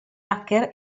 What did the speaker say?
hacker